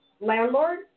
landlord